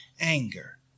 anger